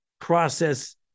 process